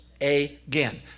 again